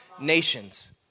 nations